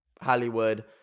Hollywood